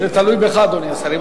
זה תלוי בך, אדוני השר.